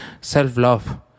self-love